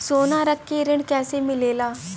सोना रख के ऋण कैसे मिलेला?